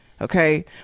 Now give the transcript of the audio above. okay